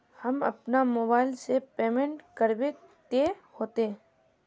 हम अपना मोबाईल से पेमेंट करबे ते होते?